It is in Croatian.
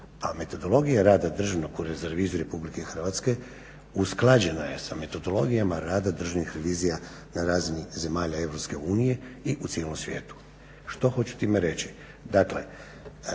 a metodologija rada Državnog ureda za reviziju RH usklađena je sa metodologijama rada državnih revizija na razini zemalja EU i u cijelom svijetu. Što hoću time reći? Dakle